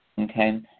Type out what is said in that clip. okay